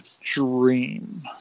dream